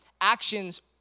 actions